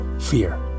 fear